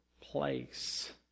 place